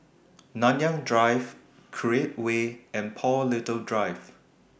Nanyang Drive Create Way and Paul Little Drive